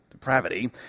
Depravity